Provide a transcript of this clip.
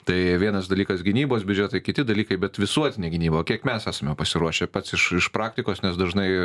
tai vienas dalykas gynybos biudžetai kiti dalykai bet visuotinė gynyba o kiek mes esame pasiruošę pats iš iš praktikos nes dažnai